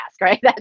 right